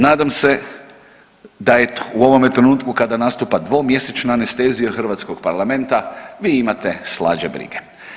Nadam se da eto, u ovome trenutku kada nastupa dvomjesečna anestezija hrvatskog parlamenta, vi imate slađe brige.